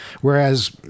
whereas